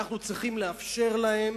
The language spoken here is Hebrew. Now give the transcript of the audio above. אנחנו צריכים לאפשר להן